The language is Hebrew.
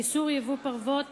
איסור ייבוא פרוות